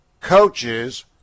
coaches